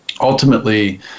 Ultimately